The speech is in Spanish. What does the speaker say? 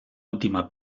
última